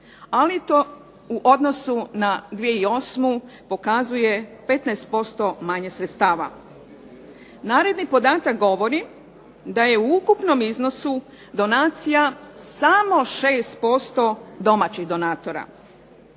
ali to u odnosu na 2008. pokazuje 15% manje sredstava. Naredni podatak govori da je u ukupnom iznosu donacija samo 6% domaćih donatora.